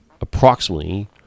approximately